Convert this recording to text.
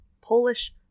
polish